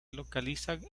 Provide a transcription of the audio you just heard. localizan